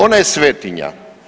Ona je svetinja.